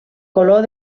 color